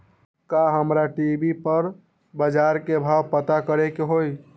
का हमरा टी.वी पर बजार के भाव पता करे के होई?